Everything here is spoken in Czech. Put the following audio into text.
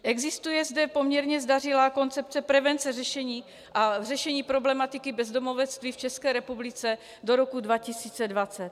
Existuje zde poměrně zdařilá Koncepce prevence a řešení problematiky bezdomovectví v České republice do roku 2020.